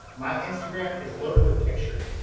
my instagram is loaded with pictures,